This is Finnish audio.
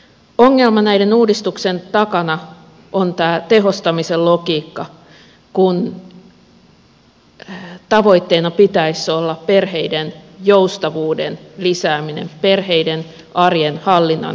ongelma näiden uudistuksien takana on tämä tehostamisen logiikka kun tavoitteena pitäisi olla perheiden joustavuuden lisääminen perheiden arjen hallinnan helpottaminen